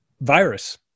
virus